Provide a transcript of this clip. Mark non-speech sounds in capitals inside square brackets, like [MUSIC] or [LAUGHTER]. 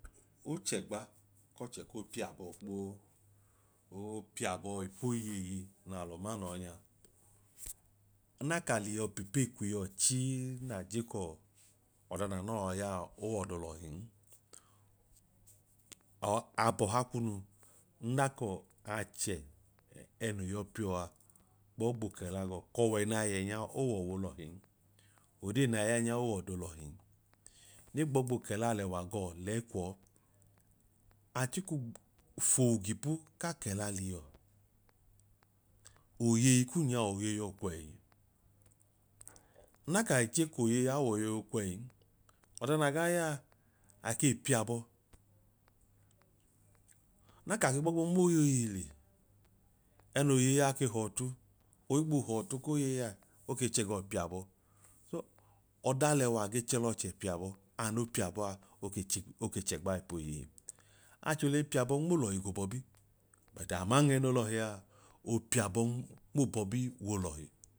Ochẹgba k'ọchẹ koo piabọ gboo, oopiabọ ipoyeyi naalọ ma no ọnya nna ka liiyọ biipeyi kwii yọchii na je kọọ ọda na nọọ yaa oọdolọhin or abọha kunu nna kọọ achẹ [HESITATION] ẹno yọ piọa gbọọ gboo kẹla gọọ k'ọwẹ nai yẹ nyaao ọwolọhin, odee nai ya nya owọdolọhin ne gbọọ gboo kẹlalẹwa gaa lẹyi kwọọ achiko fowu gipu ka kẹla liiyọ, oyeyi kun nyaa oyeyi ọkwẹyi? Nna kai je k'oyeyi awoyeyi ọkwẹin, ọda naa gaa yaa akei piabọ. Nna ka ke gbo moyeyiohile ẹẹno yeyi a ke huọtu, ohigboo huọ ọtu k'oyeyi a oke chẹ gaa ipiabọ. So ọda lẹwa ge chẹ lọchẹ piabọ an opiabọa oke chik- oke chẹgba ipoyeyi. Achohile ipiabọ nm'olọhi gobọọbi but aman ẹnoo lọhia oopiabọ nmoo bọbiwoo lọhi